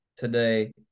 today